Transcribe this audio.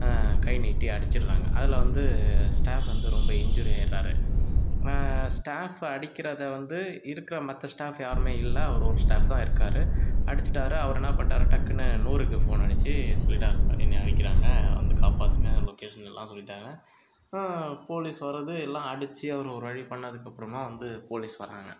கை நீட்டி அடிச்சிடுறாங்க அதில் வந்து ஸ்டாஃப் வந்து ரொம்ப இஞ்ஜுரி ஆகிடுறாரு ஸ்டாஃப் அடிக்கிறதை வந்து இருக்கிற மற்ற ஸ்டாஃப் யாரும் இல்லை அவர் ஒரு ஸ்டாஃப் தான் இருக்கார் அடிச்சிட்டார் அவர் என்ன பண்ணிட்டாரு டக்குனு நூறுக்கு ஃபோன் அடிச்சு சொல்லிட்டாங்க இந்த மாதிரி என்னை அடிக்கிறாங்க வந்து காப்பாற்றுங்க லொக்கேஷன் எல்லாம் சொல்லிட்டாங்க போலீஸ் வருது எல்லாம் அடித்து அவர் ஒரு வழி பண்ணதுக்கப்புறமாக வந்து போலீஸ் வராங்க